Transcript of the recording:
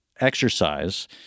exercise